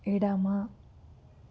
ఎడమ